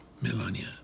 Melania